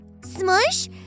Smush